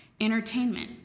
entertainment